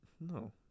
No